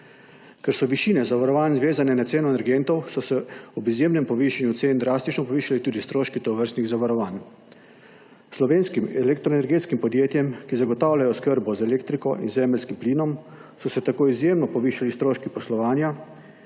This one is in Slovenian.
Ker so višine zavarovanj vezane na cene energentov, so se ob izjemnem povišanju cen drastično povišali tudi stroški tovrstnih zavarovanj. Slovenskim elektroenergetskim podjetjem, ki zagotavljajo oskrbo z elektriko in zemeljskim plinom, so se tako izjemno povišali stroški poslovanja,